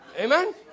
Amen